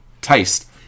taste